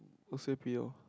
O_C_P_O